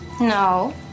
No